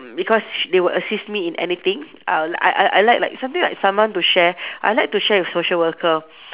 because sh~ they will assist me in anything I'll I I I like like something like someone to share I like to share with social worker